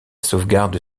sauvegarde